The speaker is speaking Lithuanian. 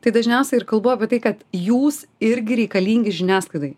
tai dažniausiai ir kalbu apie tai kad jūs irgi reikalingi žiniasklaidai